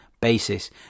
basis